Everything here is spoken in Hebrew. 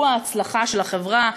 והוא ההצלחה של החברה.